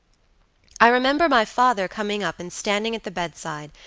i remember my father coming up and standing at the bedside,